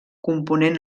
component